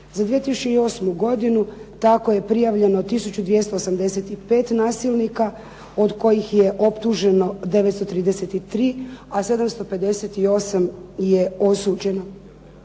Za 2008. godinu tako je prijavljeno tisuću 285 nasilnika, od kojih je optuženo 933, a 758 je osuđeno.